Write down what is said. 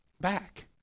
back